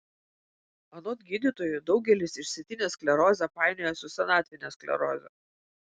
anot gydytojų daugelis išsėtinę sklerozę painioja su senatvine skleroze